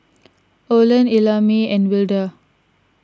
Olen Ellamae and Wilda